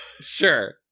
Sure